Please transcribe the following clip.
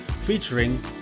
featuring